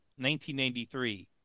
1993